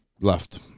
left